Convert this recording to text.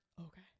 Okay